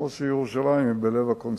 כמו שירושלים היא בלב הקונסנזוס,